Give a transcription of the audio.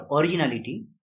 originality